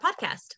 podcast